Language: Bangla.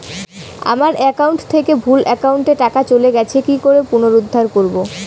আমার একাউন্ট থেকে ভুল একাউন্টে টাকা চলে গেছে কি করে পুনরুদ্ধার করবো?